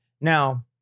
now